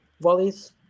volleys